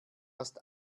hast